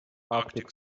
arctic